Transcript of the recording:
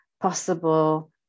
possible